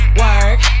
work